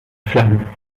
flammes